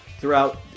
throughout